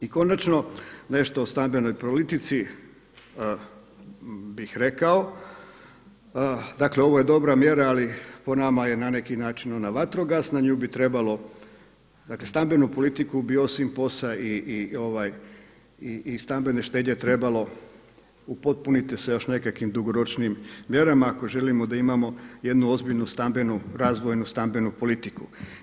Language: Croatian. I konačno nešto o stambenoj politici bih rekao, dakle ovo je dobra mjera ali po nama je na neki način ona vatrogasna, nju bi trebalo dakle stambenu politiku bi osim POS-a i stambene štednje trebalo upotpuniti sa još nekakvim dugoročnijim mjerama ako želimo imati jednu ozbiljnu razvojnu stambenu politiku.